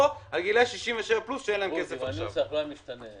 עכשיו על גילאי 67 פלוס שאין להם כסף עכשיו.